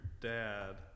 dad